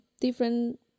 different